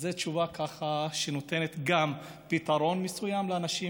זו תשובה שנותנת גם פתרון מסוים לאנשים: